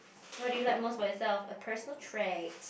what do you like most about yourself a personal trait